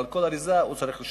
ועל כל אריזה הוא צריך לשלם.